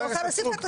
חברת הכנסת סטרוק,